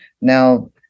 now